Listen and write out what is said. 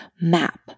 map